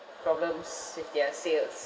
problems with their sales